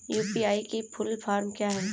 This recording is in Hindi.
यू.पी.आई की फुल फॉर्म क्या है?